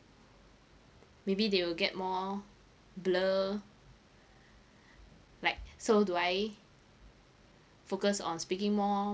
maybe they will get more blur like so do I focus on speaking more